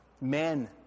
Men